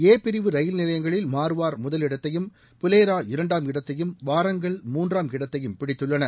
ஏ பிரிவு ரயில்நிலையங்களில் மார்வார் முதலிடத்தையும் புலேரா இரண்டாம் இடத்தையும் வாரங்கல் மூன்றாம் இடத்தையும் பிடித்துள்ளன